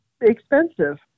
expensive